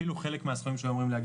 אפילו חלק מהסכומים שהיו אמורים להגיע